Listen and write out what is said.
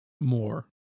more